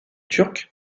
turc